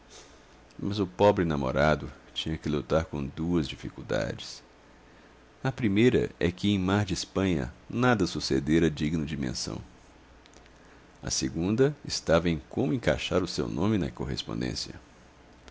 mas o pobre namorado tinha que lutar com duas dificuldades a primeira é que em mar de espanha nada sucedera digno de menção a segunda estava em como encaixar o seu nome na correspondência